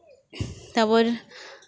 ᱛᱟᱨᱯᱚᱨ